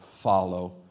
Follow